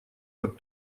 как